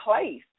place